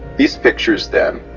these pictures then,